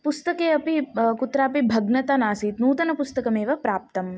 पुस्तके अपि कुत्रापि भग्नता नासीत् नूतनपुस्तकमेव प्राप्तं